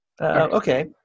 Okay